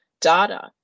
data